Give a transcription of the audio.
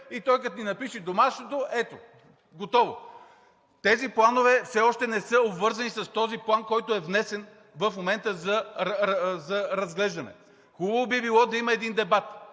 и той като ни напише домашното – ето, готово. Тези планове все още не са обвързани с този план, който е внесен в момента за разглеждане. Хубаво би било да има един дебат